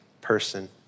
person